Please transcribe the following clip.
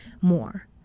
more